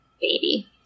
baby